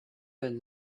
been